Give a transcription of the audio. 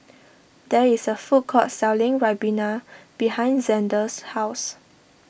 there is a food court selling Ribena behind Zander's house